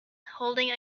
holding